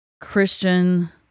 Christian